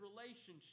relationship